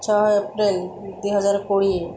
ଛଅ ଏପ୍ରିଲ ଦୁଇହଜାର କୋଡ଼ିଏ